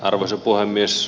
arvoisa puhemies